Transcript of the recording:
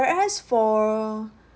whereas for